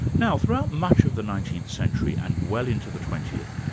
now, throughout much of the nineteenth century and well into the twentieth,